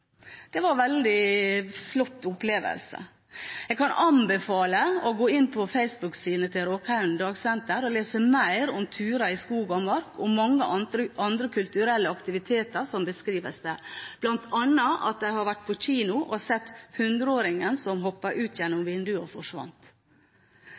Det var en veldig flott opplevelse. Jeg kan anbefale å gå inn på Facebook-siden til Råkhaugen dagsenter og lese mer om turer i skog og mark og mange andre kulturelle aktiviteter som beskrives der, bl.a. at de har vært på kino og sett «100-åringen som klatret ut gjennom